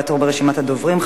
לרשימת הדוברים.